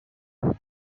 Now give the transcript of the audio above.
mille